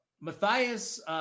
Matthias